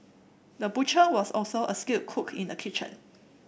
the butcher was also a skilled cook in the kitchen